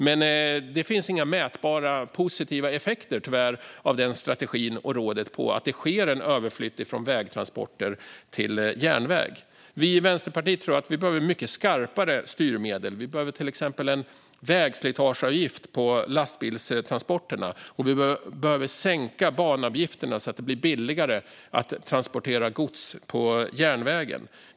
Men det finns tyvärr inga mätbara positiva effekter av den strategin och rådet i form av att det sker en överflyttning från vägtransporter till järnväg. Vi i Vänsterpartiet tror att vi behöver mycket skarpare styrmedel. Vi behöver till exempel en vägslitageavgift på lastbilstransporterna, och vi behöver sänka banavgifterna så att det blir billigare att transportera gods på järnvägen.